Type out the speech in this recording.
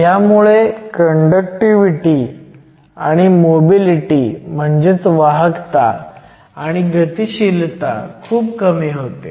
ह्यामुळे कंडक्टिव्हिटी आणि मोबिलिटी म्हणजेच वाहकता आणि गतिशीलता खूप कमी होते